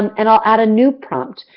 and, i'll add a new prompt.